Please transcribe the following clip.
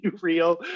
real